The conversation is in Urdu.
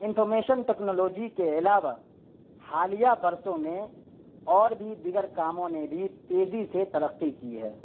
انفارمیشن ٹکنالوجی کے علاوہ حالیہ برسوں میں اور بھی دیگر کاموں نے بھی تیزی سے ترقی کی ہے